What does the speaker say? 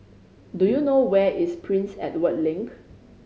do you know where is Prince Edward Link